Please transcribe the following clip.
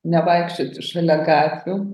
nevaikščioti šalia gatvių